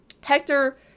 Hector